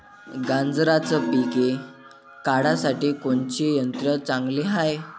गांजराचं पिके काढासाठी कोनचे यंत्र चांगले हाय?